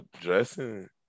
dressing